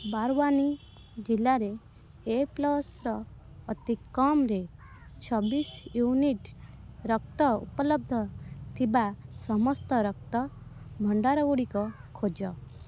ବାରୱାନୀ ଜିଲ୍ଲାରେ A plus ଅତିକମ୍ରେ ଚବିଶ ୟୁନିଟ୍ ରକ୍ତ ଉପଲବ୍ଧ ଥିବା ସମସ୍ତ ରକ୍ତ ଭଣ୍ଡାରଗୁଡ଼ିକ ଖୋଜ